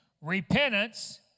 Repentance